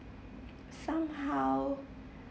somehow